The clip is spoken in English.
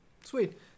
Sweet